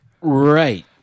Right